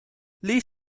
this